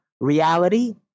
Reality